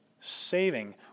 saving